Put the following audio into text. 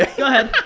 ah go ahead.